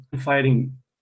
fighting